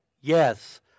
yes